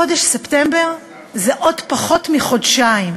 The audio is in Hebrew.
חודש ספטמבר זה עוד פחות מחודשיים.